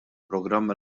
programm